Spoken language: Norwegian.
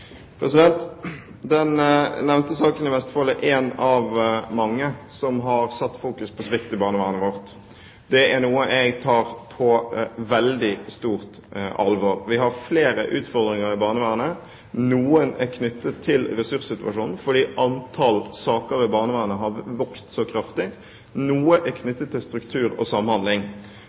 Den nevnte saken i Vestfold er en av mange som har satt fokus på svikt i barnevernet vårt. Det er noe jeg tar på veldig stort alvor. Vi har flere utfordringer i barnevernet. Noen er knyttet til ressurssituasjonen, fordi antall saker i barnevernet har vokst så kraftig. Noen er knyttet til struktur og samhandling.